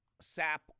sap